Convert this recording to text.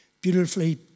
beautifully